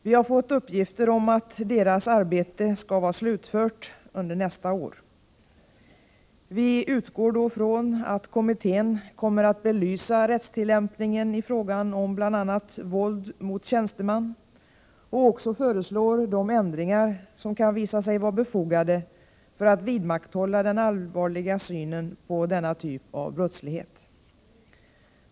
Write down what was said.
Vi har fått uppgifter om att kommitténs arbete skall vara slutfört under nästa år. Vi utgår då från att kommittén kommer att belysa rättstillämpningen i fråga om bl.a. våld mot tjänsteman och också föreslå de ändringar som kan visa sig vara befogade för att vidmakthålla den allvarliga synen på denna typ av brottslighet.